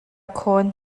khawn